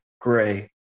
gray